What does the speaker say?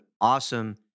awesome